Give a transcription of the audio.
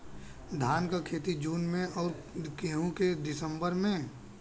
धान क खेती जून में अउर गेहूँ क दिसंबर में?